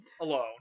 alone